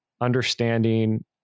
understanding